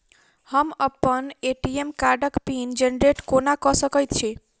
हम अप्पन ए.टी.एम कार्डक पिन जेनरेट कोना कऽ सकैत छी?